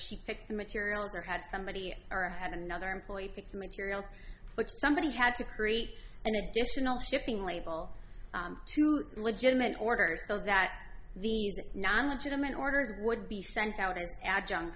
she picked the materials or had somebody or had another employee pick the materials which somebody had to create an additional shipping label to legitimate orders so that the non legitimate orders would be sent out an adjunct